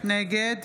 נגד